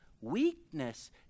Weakness